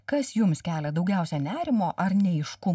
kas jums kelia daugiausia nerimo ar neaiškumų